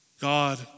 God